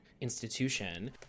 institution